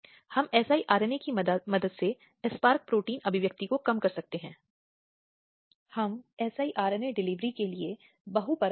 इसके अतिरिक्त शालीनता के अपमान का अपराध भी था जो 2013 के आपराधिक कानून संशोधन अधिनियम से पहले भी मौजूद था